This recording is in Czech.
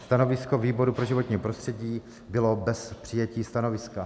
Stanovisko výboru pro životní prostředí bylo bez přijetí stanoviska.